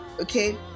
Okay